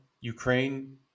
Ukraine